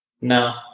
No